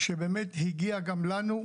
שבאמת הגיעה גם לנו,